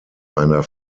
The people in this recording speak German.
einer